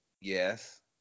Yes